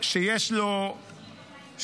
שיש לו לב.